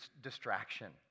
distraction